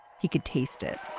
he could taste it